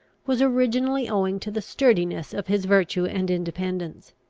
was originally owing to the sturdiness of his virtue and independence.